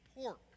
pork